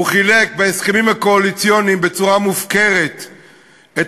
הוא חילק בהסכמים הקואליציוניים בצורה מופקרת את